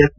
F